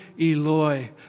Eloi